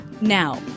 now